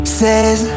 says